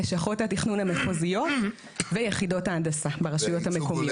לשכות התכנון המחוזיות ויחידות ההנדסה ברשויות המקומיות.